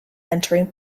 entering